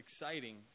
exciting